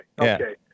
Okay